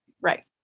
Right